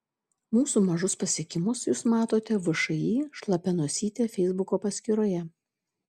mūsų mažus pasiekimus jūs matote všį šlapia nosytė feisbuko paskyroje